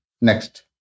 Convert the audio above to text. Next